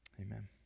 amen